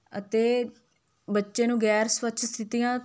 ਅਤੇ ਬੱਚੇ ਨੂੰ ਗੈਰ ਸਵੱਛ ਸਥਿਤੀਆਂ